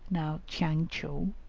now tchang-tcheou,